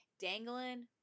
dangling